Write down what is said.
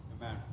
Amen